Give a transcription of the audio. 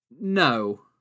no